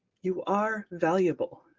you are valuable.